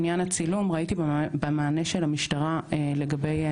עניין הצילום ראיתי במענה של המשטרה לגבי,